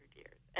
years